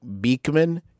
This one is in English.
Beekman